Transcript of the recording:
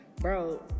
bro